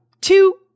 two